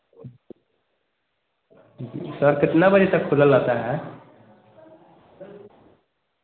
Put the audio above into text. sir कितना बजे तक खुला रहता है